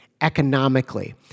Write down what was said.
economically